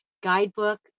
guidebook